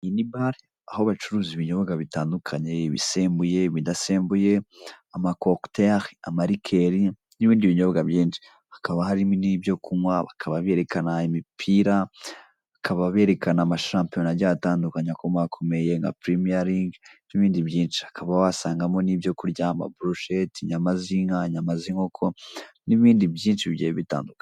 Iyi ni bare, aho bacuruza ibinyobwa bitandukanye ibisembuye, ibidasembuye, amakokuteri, amarikeri n'ibindi binyobwa binshi. Hakaba harimo n'ibyo kunywa, bakaba berekana imipira, bakaba berekana amashampiyona agiye atandukanye akomakomeye nka purimiya lige n'ibindi byinshi. Ukaba wasangamo n'ibyo kurya, amaburushete, inyama z'inka, inyama, z'inkoko n'ibindi byinshi bigiye bitandukanye.